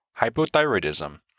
hypothyroidism